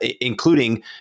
including